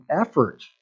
effort